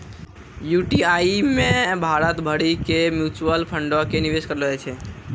UTI मे भारत भरि के म्यूचुअल फंडो के निवेश करलो जाय छै